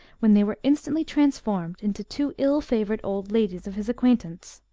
when they were instantly transformed into two ill-favoured old ladies of his acquaintance.